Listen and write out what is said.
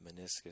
meniscus